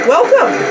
Welcome